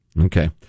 Okay